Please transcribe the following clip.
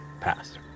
passed